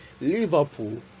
Liverpool